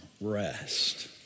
rest